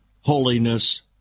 holiness